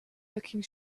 looking